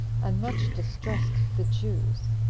and much distressed the jews,